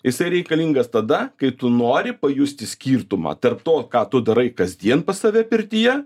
jisai reikalingas tada kai tu nori pajusti skirtumą tarp to ką tu darai kasdien pas tave pirtyje